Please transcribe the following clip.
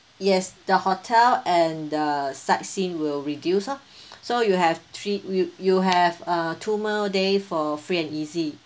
yes the hotel and the sightseeing will reduce loh so you have three you you have uh two more day for free and easy